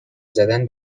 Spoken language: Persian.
زدن